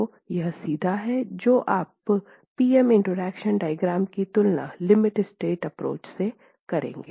तो यह सीधा हैं जो आप पी एम इंटरेक्शन डायग्राम की तुलना लिमिट स्टेट एप्रोच से करेंगे